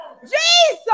Jesus